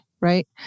right